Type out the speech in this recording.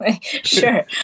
Sure